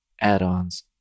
add-ons